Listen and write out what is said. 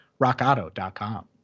rockauto.com